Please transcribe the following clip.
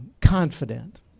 confident